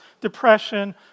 depression